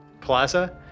plaza